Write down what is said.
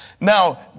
Now